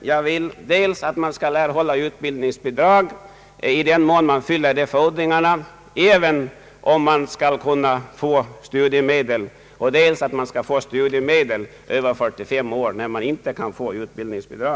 Jag vill dels att man skall kunna erhålla utbildningsbidrag i den mån även om man kan få studiemedel, dels att man skall kunna få studiemedel även efter uppnådda 45 år, om man inte kan få utbildningsbidrag.